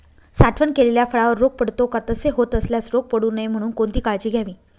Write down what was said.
साठवण केलेल्या फळावर रोग पडतो का? तसे होत असल्यास रोग पडू नये म्हणून कोणती काळजी घ्यावी?